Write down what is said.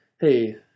hey